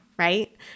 right